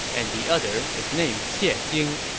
and the other is named xie jing.